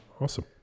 Awesome